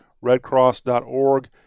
redcross.org